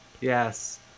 Yes